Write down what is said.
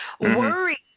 worry